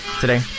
Today